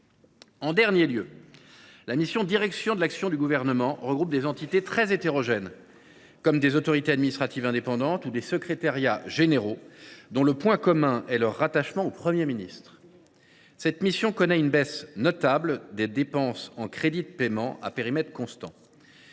En dernier lieu, la mission « Direction de l’action du Gouvernement » regroupe des entités très hétérogènes, comme des autorités administratives indépendantes ou des secrétariats généraux, dont le point commun est leur rattachement au Premier ministre. Cette mission connaît, à périmètre constant, une baisse notable des dépenses en crédits de paiement. Je relèverai